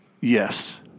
Yes